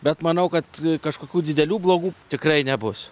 bet manau kad kažkokių didelių blogų tikrai nebus